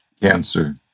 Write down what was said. cancer